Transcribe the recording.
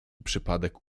przypadek